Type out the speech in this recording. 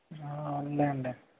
అవునులేండి